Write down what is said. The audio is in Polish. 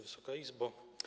Wysoka Izbo!